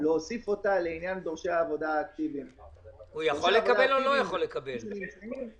אז אם כאן זה עניין שמי שנוהג לפי הדברים האלה באולמות,